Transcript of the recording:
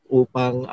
upang